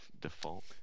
default